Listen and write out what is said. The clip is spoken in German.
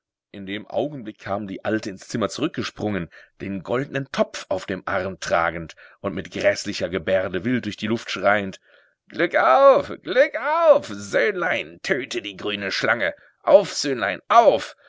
in dem augenblick kam die alte ins zimmer zurückgesprungen den goldnen topf auf dem arm tragend und mit gräßlicher gebärde wild durch die lüfte schreiend glück auf glück auf söhnlein töte die grüne schlange auf söhnlein auf